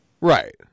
right